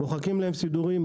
מוחקים להם סידורים,